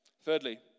thirdly